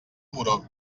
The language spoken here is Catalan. moró